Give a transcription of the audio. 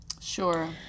Sure